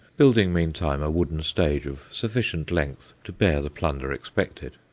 building meantime a wooden stage of sufficient length to bear the plunder expected.